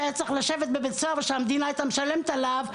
שהיה צריך לשבת בבית הסוהר ושהמדינה הייתה משלמת עליו,